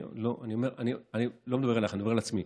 אני לא מדבר אלייך, אני מדבר אל עצמי.